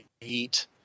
eat